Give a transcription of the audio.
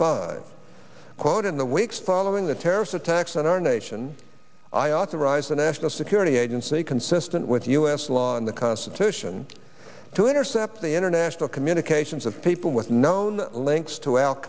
five quote in the weeks following the terrorist attacks on our nation i authorized the national security agency consistent with u s law and the constitution to intercept the international communications of people with known links to al